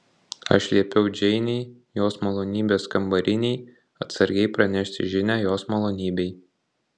aš liepiau džeinei jos malonybės kambarinei atsargiai pranešti žinią jos malonybei